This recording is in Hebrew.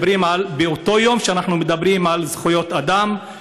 שבאותו יום שאנחנו מדברים על זכויות אדם,